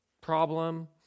problem